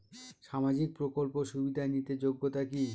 সামাজিক প্রকল্প সুবিধা নিতে যোগ্যতা কি?